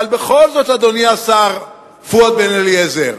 אבל בכל זאת, אדוני השר פואד בן-אליעזר,